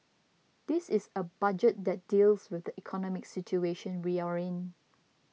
this is a budget that deals with the economic situation we are in